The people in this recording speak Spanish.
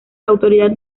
autoridad